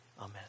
amen